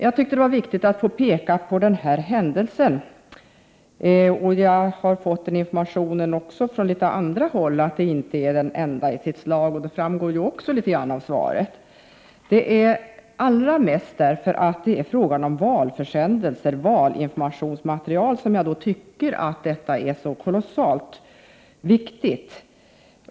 Jag tycker att det är viktigt att peka på denna händelse. Jag har även från andra håll fått information om att den inte är den enda av sitt slag, vilket också framgår av svaret. Det är allra mest därför att det rör sig om valförsändelser och valinformationsmaterial som jag tycker att detta är så kolossalt viktigt.